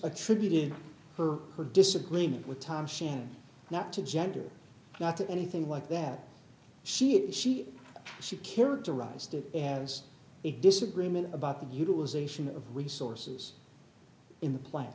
attributed her her disagreement with tom sheen not to gender not to anything like that she is she she characterized it as a disagreement about the utilization of resources in the plan